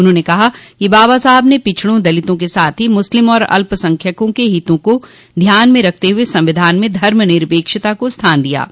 उन्होंने कहा कि बाबा साहब ने पिछड़ों दलितों के साथ ही मुस्लिम और अल्पसंख्यकों के हितों को ध्यान में रखते हुए संविधान में धर्मनिरपेक्षता को स्थान दिया था